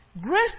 Grace